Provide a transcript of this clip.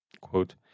Quote